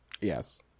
yes